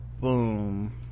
boom